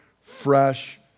fresh